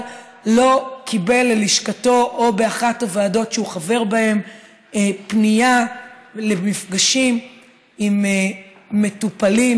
לא קיבל ללשכתו או באחת הוועדות שהוא חבר בהן פנייה למפגשים עם מטופלים,